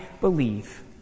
believe